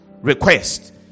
request